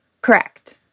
Correct